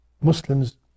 Muslims